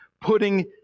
putting